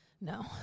No